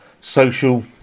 social